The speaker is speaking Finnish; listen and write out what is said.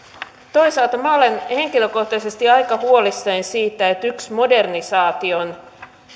toisaalta minä olen henkilökohtaisesti aika huolissani siitä että yksi modernisaation